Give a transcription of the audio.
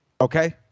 Okay